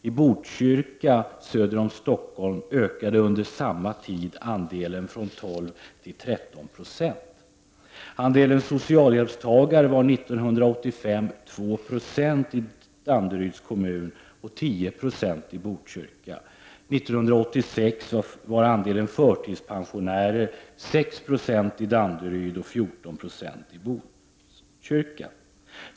I Botkyrka söder om Stockholm ökade under samma tid andelen från 12 96 till 13 26. Andelen socialhjälpstagare var 2 90 år 1985 i Danderyds kommun och 1096 i Botkyrka. Åren 1986 var andelen förtidspensionärer 6 20 i Danderyd och 14 960 i Botkyrka.